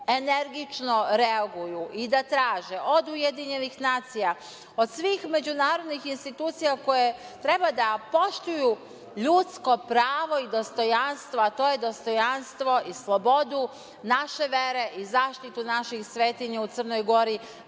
energično reaguju i da traže od UN, od svih međunarodnih institucija koje treba da poštuju ljudsko pravo i dostojanstvo, a to je dostojanstvo i slobodu naše vere i zaštitu naših svetinja u Crnoj Gori,